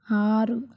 ఆరు